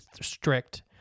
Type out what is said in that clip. strict